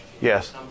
Yes